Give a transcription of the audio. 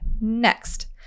next